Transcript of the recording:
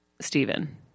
Stephen